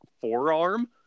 forearm